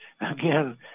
again